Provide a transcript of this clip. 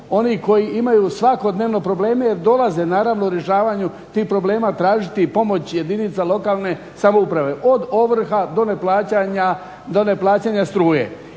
onih koji imaju svakodnevno probleme jer dolaze naravno u rješavanju tih problema tražiti pomoć jedinica lokalne samouprave. Od ovrha do neplaćanja struje.